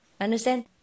Understand